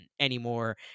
anymore